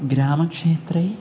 ग्रामक्षेत्रे